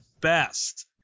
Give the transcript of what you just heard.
best